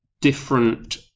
different